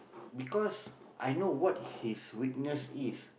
because I know what his weakness is